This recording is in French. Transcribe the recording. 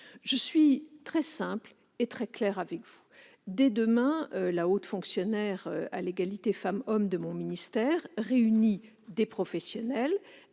Je veux être très claire avec vous : dès demain, la haute fonctionnaire à l'égalité femmes-hommes de mon ministère réunira des professionnels.